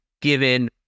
given